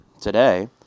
today